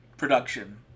Production